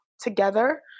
together